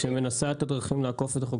דרכים לעקוף את החוק.